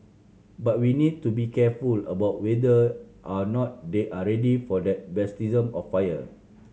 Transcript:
but we need to be careful about whether or not they are ready for that of fire